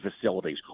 facilities